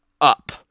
up